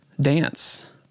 dance